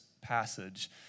passage